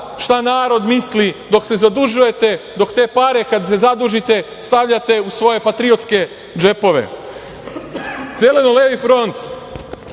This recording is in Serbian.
šta narod misli dok se zadužujete, dok te pare kad se zadužite stavljate u svoje patriotske džepove. Zeleno-levi front